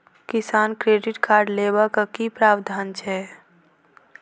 किसान credit card लेबाक की प्रावधान छै?